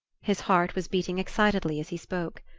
his heart was beating excitedly as he spoke.